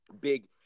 big